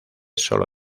solo